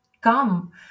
come